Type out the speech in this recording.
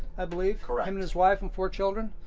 i believe? correct. i mean his wife and four children,